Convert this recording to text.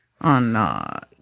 On